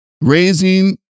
Raising